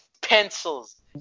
pencils